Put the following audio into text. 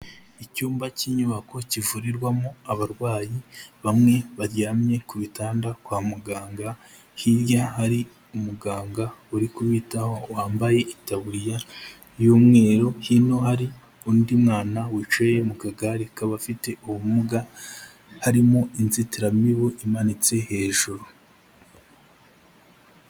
Icyumba cy'inyubako kivurirwamo abarwayi bamwe baryamye ku bitanda kwa muganga, hirya hari umuganga uri kubitaho wambaye itaburiya y'umweru, hino hari undi mwana wicaye mu kagare k'abafite ubumuga, harimo inzitiramibu imanitse hejuru.